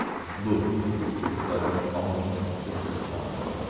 was moved with sudden, almost insistent longing,